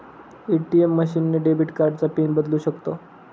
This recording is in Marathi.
ए.टी.एम मशीन ने डेबिट कार्डचा पिन बदलू शकतो